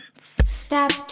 Step